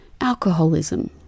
alcoholism